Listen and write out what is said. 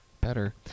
Better